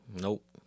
Nope